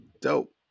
dope